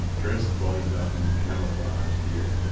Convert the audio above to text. dress the bodies up in camouflage gear,